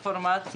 אינפורמציה.